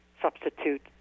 substitute